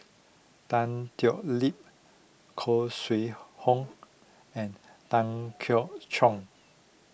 Tan Thoon Lip Khoo Sui Hoe and Tan Keong Choon